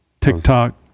TikTok